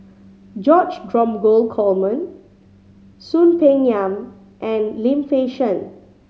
George Dromgold Coleman Soon Peng Yam and Lim Fei Shen